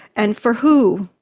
and for who?